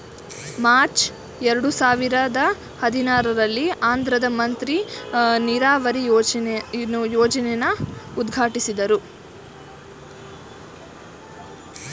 March ಎರಡು ಸಾವಿರದ ಹದಿನಾರಲ್ಲಿ ಆಂಧ್ರದ್ ಮಂತ್ರಿ ನೀರಾವರಿ ಯೋಜ್ನೆನ ಉದ್ಘಾಟ್ಟಿಸಿದ್ರು